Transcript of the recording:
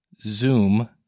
Zoom